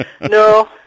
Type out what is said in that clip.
No